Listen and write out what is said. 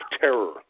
terror